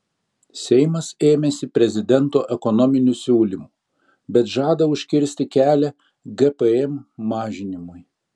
seimas ėmėsi prezidento ekonominių siūlymų bet žada užkirsti kelią gpm mažinimui